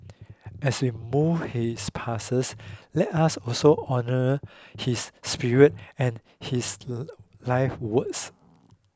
as we mourn his passes let us also honour his spirit and his life's works